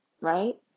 right